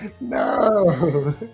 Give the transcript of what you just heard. No